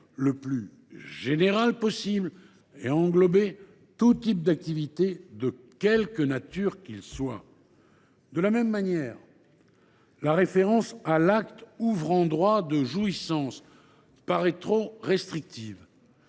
le plus général possible et à englober tous types d’activités, de quelque nature qu’elles soient. De la même manière, la référence à « l’acte ouvrant le droit de jouissance » paraît trop restrictive